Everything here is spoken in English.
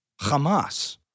Hamas